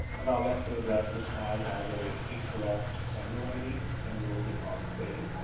and now let's say that this file has ah incorrect sender id, and we'll click on save.